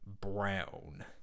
Brown